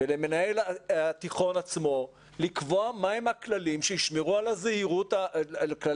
ולמנהל התיכון עצמו לקבוע מהם הכללים שישמרו על הבריאות?